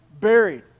buried